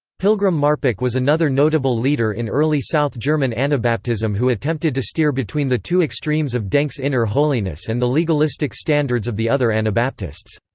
pilgram marpeck was another notable leader in early south german anabaptism who attempted to steer between the two extremes of denck's inner holiness and the legalistic standards of the other anabaptists.